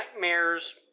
nightmares